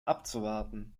abzuwarten